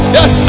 Yes